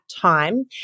time